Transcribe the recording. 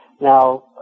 now